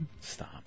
Stop